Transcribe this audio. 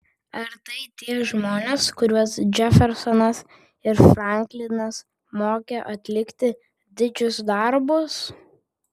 ar tai tie žmonės kuriuos džefersonas ir franklinas mokė atlikti didžius darbus